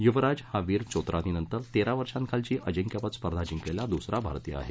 युवराज हा वीर चोत्रानी नंतर तेरा वर्षांखालची अजिंक्यपद स्पर्धा जिंकलेला दूसरा भारतीय आहे